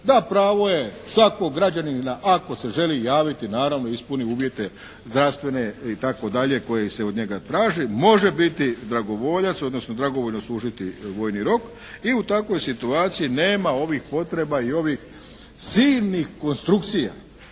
da pravo je svakog građanina ako se želi javiti naravno ispuni uvjete zdravstvene itd. koji se od njega traže, može biti dragovoljac odnosno dragovoljno služiti vojni rok i u takvoj situaciji nema ovih potreba i ovih silnih konstrukcija